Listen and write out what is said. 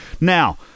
Now